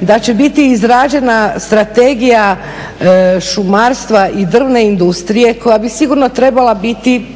da će biti izrađena strategija šumarstva i drvne industrije koja bi sigurno trebala biti,